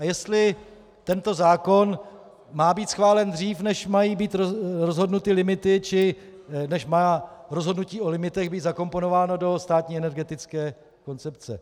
A jestli tento zákon má být schválen dřív, než mají být rozhodnuty limity či než má rozhodnutí o limitech být zakomponováno do státní energetické koncepce.